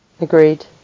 agreed